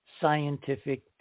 scientific